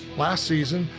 last season,